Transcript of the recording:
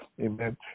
Amen